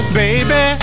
baby